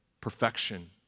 perfection